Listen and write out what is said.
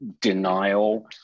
denial